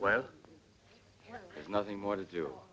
well there's nothing more to do